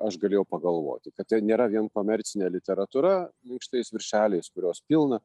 aš galėjau pagalvoti kad tai nėra vien komercinė literatūra minkštais viršeliais kurios pilna